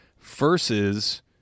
versus